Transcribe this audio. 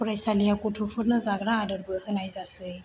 फरायसालियाव गथ'फोरनो जाग्रा आदारबो होनाय जायोसै